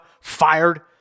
fired